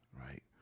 right